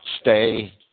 stay